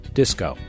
disco